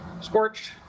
Scorched